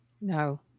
No